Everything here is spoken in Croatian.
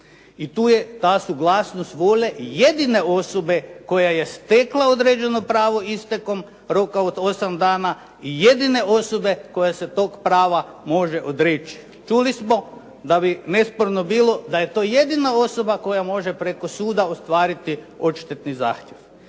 I tu je ta suglasnost volje i jedine osobe koja je stekla određeno pravo istekom roka od 8 dana i jedine osobe koja se toga prava može odreći. Čuli smo da je nesporno bilo da je to jedina osoba koja može preko suda ostvariti odštetni zahtjev.